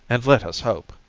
and let us hope,